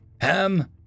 Ham